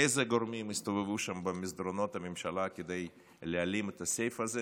איזה גורמים הסתובבו שם במסדרונות הממשלה כדי להעלים את הסעיף הזה,